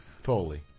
Foley